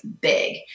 big